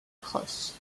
crosse